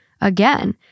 again